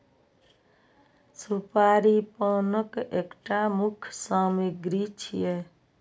सुपारी पानक एकटा मुख्य सामग्री छियै